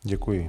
Děkuji.